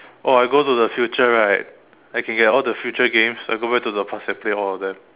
or I go to the future right I can get all the future games I go back go the past and play all of them